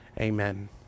Amen